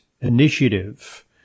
initiative